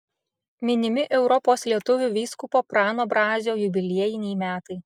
minimi europos lietuvių vyskupo prano brazio jubiliejiniai metai